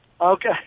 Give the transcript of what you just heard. Okay